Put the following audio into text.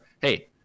hey